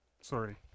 Sorry